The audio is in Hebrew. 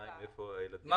בינתיים איפה הילדים ילמדו?